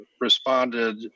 responded